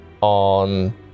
on